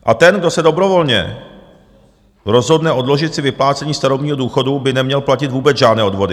A ten, kdo se dobrovolně rozhodne odložit si vyplácení starobního důchodu, by neměl platit vůbec žádné odvody.